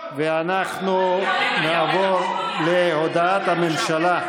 אנחנו נעבור להודעת הממשלה.